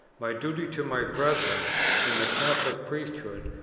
my duty to my brethren in the catholic priesthood,